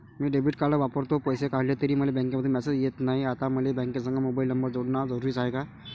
मी debit card वापरतो, पैसे काढले तरी मले बँकेमंधून मेसेज येत नाय, आता मले बँकेसंग मोबाईल नंबर जोडन जरुरीच हाय का?